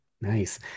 nice